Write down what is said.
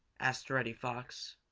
asked reddy fox.